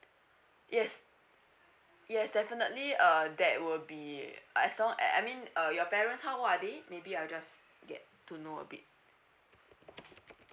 yes yes definitely uh that will be as long as I mean uh your parents how old are they maybe I just yeah to know a bit